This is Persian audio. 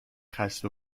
خسته